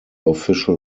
official